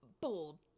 bold